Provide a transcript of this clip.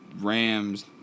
Rams